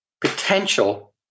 potential